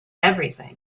everything